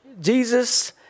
Jesus